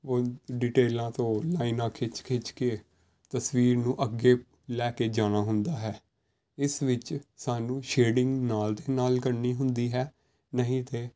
ਉਹ ਡਿਟੇਲਾਂ ਤੋਂ ਲਾਈਨਾ ਖਿੱਚ ਖਿੱਚ ਕੇ ਤਸਵੀਰ ਨੂੰ ਅੱਗੇ ਲੈ ਕੇ ਜਾਣਾ ਹੁੰਦਾ ਹੈ ਇਸ ਵਿੱਚ ਸਾਨੂੰ ਸ਼ੇਡਿੰਗ ਨਾਲ ਦੇ ਨਾਲ ਕਰਨੀ ਹੁੰਦੀ ਹੈ ਨਹੀਂ ਅਤੇ